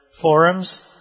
forums